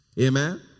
Amen